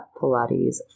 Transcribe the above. Pilates